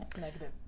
Negative